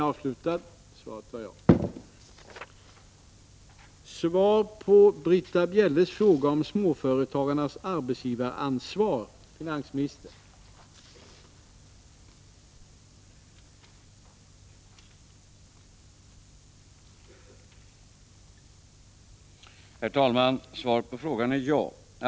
Herr talman! Svaret på frågan är ja.